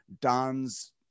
don's